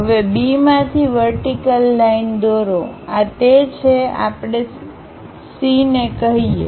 હવે બીમાંથી vertical line દોરો આ તે છે આપણે C ને કહીએ